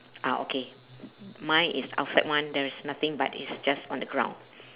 orh okay mine is outside [one] there is nothing but it's just on the ground